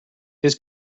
this